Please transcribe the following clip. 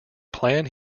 plan